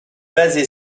basé